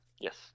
Yes